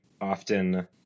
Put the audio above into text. often